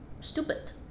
stupid